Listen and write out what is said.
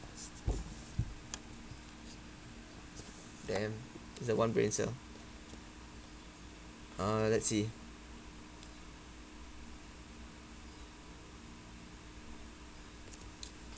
damn that's like one brain cell uh let's see